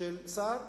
של שר,